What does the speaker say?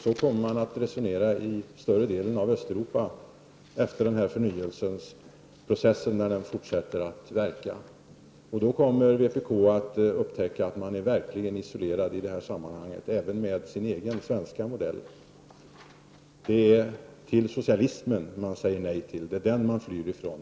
Så kommer man att resonera i större delen av Östeuropa när förnyelseprocessen fortsätter att verka. Då kommer vpk att upptäcka att vpk verkligen är isolerat i det här sammanhanget, även med tanke på den egna svenska modellen. Det är till socialismen som man säger nej, det är den som man flyr ifrån.